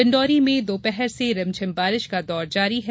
डिंडौरी में दोपहर से रिमझिम बारिश का दौर जारी है